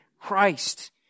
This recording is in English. Christ